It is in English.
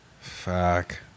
Fuck